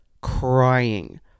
crying